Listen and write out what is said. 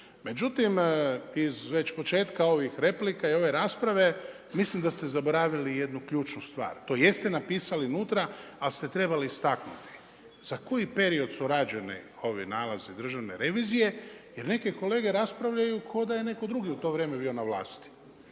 Međutim iz već početka ovih replika i ove rasprave mislim da ste zaboravili jednu ključnu stvar, to jeste napisali unutra, ali ste trebali istaknuti, za koji period su rađeni ovi nalazi Državne revizije jer neke kolege raspravljaju ko da je neko drugi u to vrijeme bio na vlasti.